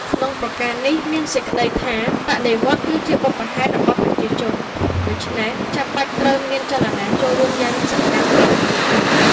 ក្នុងប្រការនេះមានសេចក្តីថា”បដិវត្តន៍គឺជាបុព្វហេតុរបស់ប្រជាជន”ដូច្នេះ ចាំបាច់ត្រូវ មានចលនាចូលរួមយ៉ាងសកម្មពីប្រជាជន។